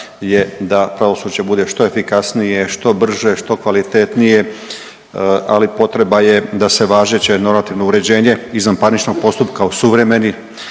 je da pravosuđe bude što efikasnije, što brže, što kvalitetnije, ali potreba je da se važeće normativno uređenje izvanparničnog postupka osuvremeni,